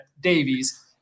Davies